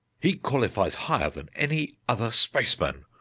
he qualifies higher than any other spaceman,